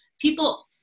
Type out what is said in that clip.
people